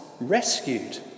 rescued